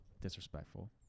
Disrespectful